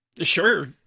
Sure